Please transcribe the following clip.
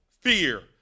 fear